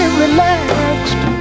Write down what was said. relaxed